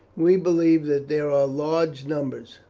we believe that there are large numbers,